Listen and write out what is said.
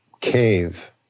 cave